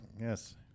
yes